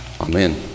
Amen